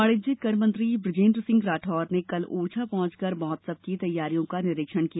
वाणिज्यिक कर मंत्री ब्रजेन्द्र सिंह राठौर ने कल ओरछा पहुंचकर महोत्सव की तैयारियों का निरीक्षण किया